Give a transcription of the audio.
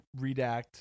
redact